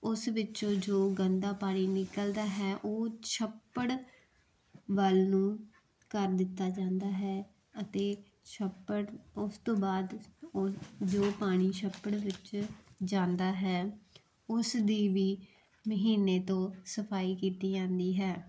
ਉਸ ਵਿੱਚੋਂ ਜੋ ਗੰਦਾ ਪਾਣੀ ਨਿਕਲਦਾ ਹੈ ਉਹ ਛੱਪੜ ਵੱਲ ਨੂੰ ਕਰ ਦਿੱਤਾ ਜਾਂਦਾ ਹੈ ਅਤੇ ਛੱਪੜ ਉਸ ਤੋਂ ਬਾਅਦ ਉਸ ਜੋ ਪਾਣੀ ਛੱਪੜ ਵਿੱਚ ਜਾਂਦਾ ਹੈ ਉਸ ਦੇ ਵੀ ਮਹੀਨੇ ਤੋਂ ਸਫਾਈ ਕੀਤੀ ਜਾਂਦੀ ਹੈ